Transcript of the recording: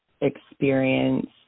experience